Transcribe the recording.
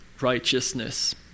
righteousness